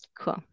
cool